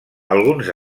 alguns